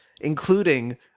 including